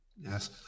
Yes